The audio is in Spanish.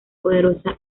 poderosa